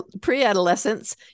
Pre-adolescence